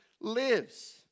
lives